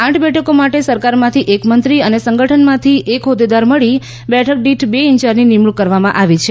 આઠ બેઠકો માટે સરકારમાંથી એક મંત્રી અને સંગઠનમાંથી એક હોદેદાર મળી બેઠક દીઠ બે ઇન્યાર્જની નિમણું કરવામાં આવી છે